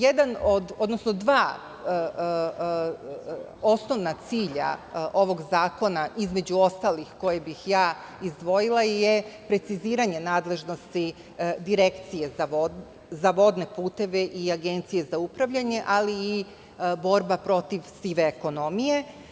Dva osnovna cilja ovog zakona, između ostalih, koje bih ja izdvojila je preciziranje nadležnosti Direkcije za vodne puteve i Agencije za upravljanje, ali i borba protiv sive ekonomije.